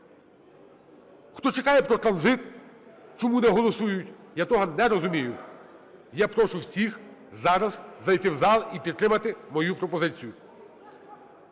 Хто чекає про транзит, чому не голосують. Я того не розумію. Я прошу всіх зараз зайти в зал і підтримати мою пропозицію.